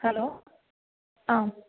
hello आम्